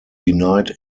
denied